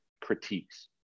critiques